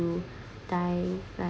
you die like